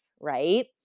right